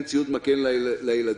אין ציוד מגן לילדים.